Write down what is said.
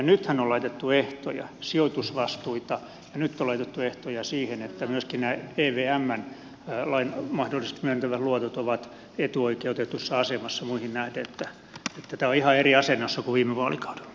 nythän on laitettu ehtoja sijoitusvastuita ja nyt on laitettu ehtoja siihen että myöskin nämä evmn mahdollisesti myöntämät luotot ovat etuoikeutetussa asemassa muihin nähden niin että tämä on ihan eri asennossa kuin viime vaalikaudella